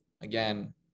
again